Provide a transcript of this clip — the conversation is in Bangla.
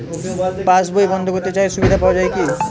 পাশ বই বন্দ করতে চাই সুবিধা পাওয়া যায় কি?